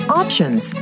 options